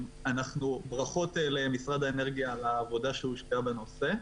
ברכות למשרד האנרגיה על העבודה שהושקעה בנושא.